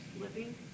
living